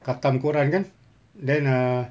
khatam quran kan